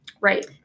right